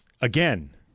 Again